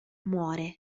muore